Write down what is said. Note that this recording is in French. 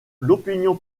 l’opinion